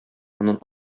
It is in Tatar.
моннан